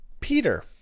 Peter